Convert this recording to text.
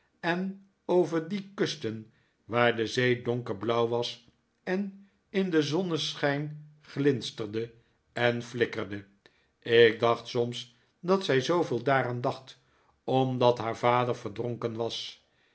en over die kusten waar de zee donkerblauw was en in den zonneschijn glinsterde en flikkerde ik dacht soms dat zij zooveel daaraan dacht omdat haar vader verdronken was